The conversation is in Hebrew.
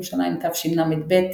ירושלים תשלב,